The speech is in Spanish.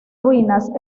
ruinas